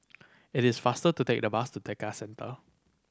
it is faster to take the bus to Tekka Centre